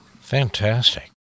Fantastic